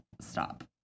stop